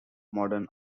modern